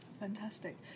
Fantastic